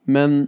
Men